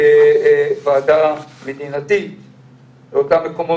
כמו שמונה חודשים קנינו מערכת שליטה ובקרה חדשה,